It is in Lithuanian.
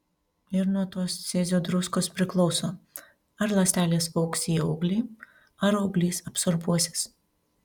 ir nuo tos cezio druskos priklauso ar ląstelės augs į auglį ar auglys absorbuosis